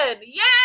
yes